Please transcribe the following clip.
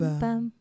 Bam